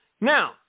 Now